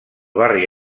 barri